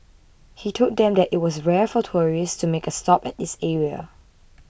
he told them that it was rare for tourists to make a stop at this area